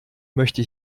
möchte